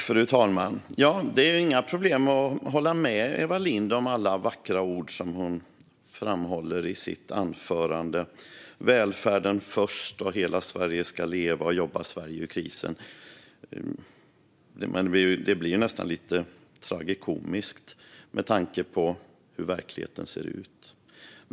Fru talman! Jag har inga problem att hålla med Eva Lindh om de vackra ord hon framhåller i sitt anförande: välfärden först, hela Sverige ska leva, jobba Sverige ur krisen. Det blir dock nästan lite tragikomiskt med tanke på hur verkligheten ser ut.